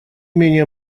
менее